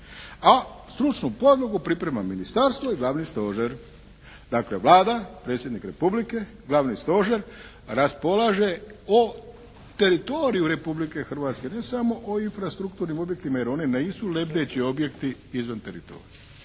A stručnu podlogu priprema ministarstvo i glavni stožer. Dakle, Vlada, Predsjednik Republike, Glavni stožer, raspolaže o teritoriju Republike Hrvatske, ne samo o infrastrukturnim objektima, jer oni nisu lebdeći objekti izvan teritorija.